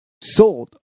sold